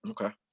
Okay